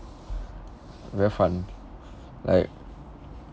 very fun like